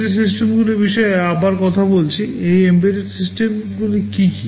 embedded সিস্টেমগুলির বিষয়ে আবার কথা বলছি এই এমবেডেড সিস্টেমগুলি কী কী